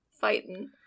fighting